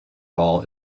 ball